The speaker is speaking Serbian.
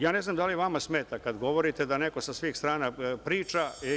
Ja ne znam da li vama smeta kada govorite da neko sa svih strana priča?